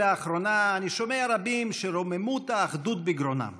לאחרונה אני שומע רבים שרוממות האחדות בגרונם